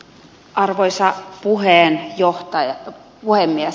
arvoisa puhemies